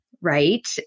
right